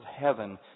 heaven